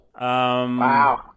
Wow